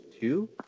two